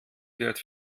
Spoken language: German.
wird